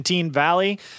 Valley